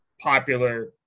popular